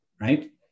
right